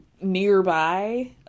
nearby